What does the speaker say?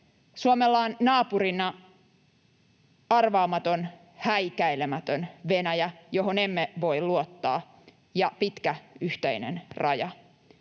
Suomella on naapurina arvaamaton, häikäilemätön Venäjä, johon emme voi luottaa, ja pitkä yhteinen raja.